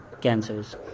cancers